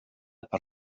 per